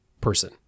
person